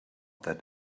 that